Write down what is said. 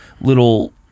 little